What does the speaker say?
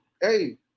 Hey